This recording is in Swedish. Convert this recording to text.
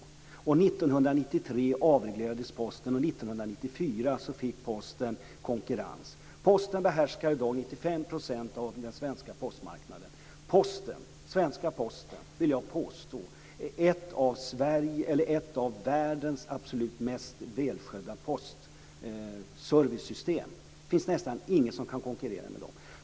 1993 avreglerades Posten, och 95 % av den svenska postmarknaden. Posten, den svenska posten, vill jag påstå är ett av världens absolut mest välskötta postservicesystem. Det finns nästan ingen som kan konkurrera med den.